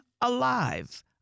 alive